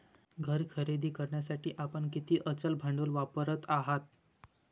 घर खरेदी करण्यासाठी आपण किती अचल भांडवल वापरत आहात?